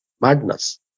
madness